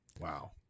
wow